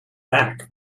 back